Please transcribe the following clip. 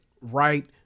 right